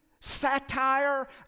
satire